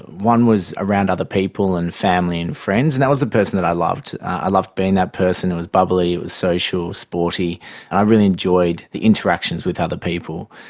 one was around other people and family and friends, and that was the person that i loved, i loved being that person, it was bubbly, it was social, sporty, and i really enjoyed the interactions with other people.